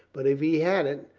but if he had it,